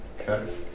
Okay